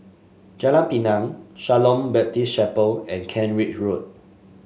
Jalan Pinang Shalom Baptist Chapel and Kent Ridge Road